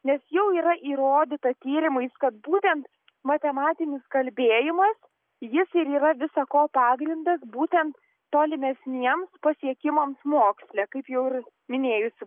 nes jau yra įrodyta tyrimais kad būtent matematinis kalbėjimas jis ir yra visa ko pagrindas būtent tolimesniems pasiekimams moksle kaip jau ir minėjusi